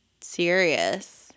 serious